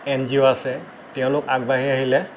N G অ' আছে তেওঁলোক আগবাঢ়ি আহিলে